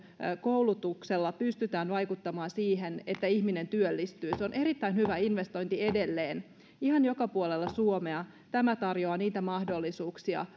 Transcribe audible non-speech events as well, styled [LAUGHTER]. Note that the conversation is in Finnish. koulutuksella pystytään vaikuttamaan siihen että ihminen työllistyy se on erittäin hyvä investointi edelleen ihan joka puolella suomea tämä tarjoaa niitä mahdollisuuksia [UNINTELLIGIBLE]